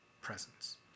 presence